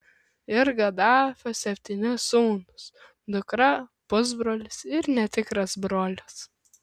ir gadafio septyni sūnūs dukra pusbrolis ir netikras brolis